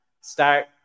Start